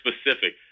specific